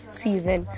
season